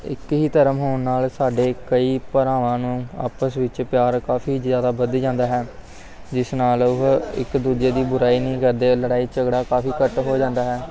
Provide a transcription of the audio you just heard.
ਇੱਕ ਹੀ ਧਰਮ ਹੋਣ ਨਾਲ ਸਾਡੇ ਕਈ ਭਰਾਵਾਂ ਨੂੰ ਆਪਸ ਵਿੱਚ ਪਿਆਰ ਕਾਫ਼ੀ ਜ਼ਿਆਦਾ ਵਧ ਜਾਂਦਾ ਹੈ ਜਿਸ ਨਾਲ ਉਹ ਇੱਕ ਦੂਜੇ ਦੀ ਬੁਰਾਈ ਨਹੀਂ ਕਰਦੇ ਲੜਾਈ ਝਗੜਾ ਕਾਫ਼ੀ ਘੱਟ ਹੋ ਜਾਂਦਾ ਹੈ